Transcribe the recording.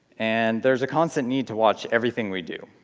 and there's a constant need to watch everything we do.